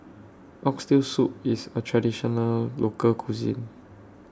Oxtail Soup IS A Traditional Local Cuisine